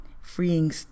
freeing